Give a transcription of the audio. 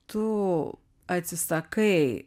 tu atsisakai